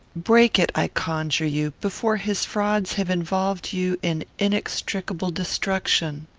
break it, i conjure you, before his frauds have involved you in inextricable destruction.